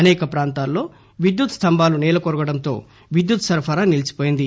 అనేక ప్రాంతాల్లో విద్యుత్ స్తంభాలు సేలకొరగడంతో విద్యుత్ సరఫరా నిలిచిపోయింది